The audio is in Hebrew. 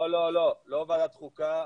לא, לא ועדת חוקה.